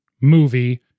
movie